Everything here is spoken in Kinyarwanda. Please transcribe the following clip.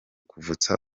kuvutsa